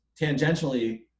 tangentially